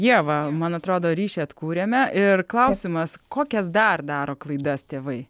ieva man atrodo ryšį atkūrėme ir klausimas kokias dar daro klaidas tėvai